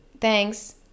thanks